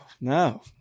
no